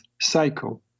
cycle